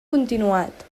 continuat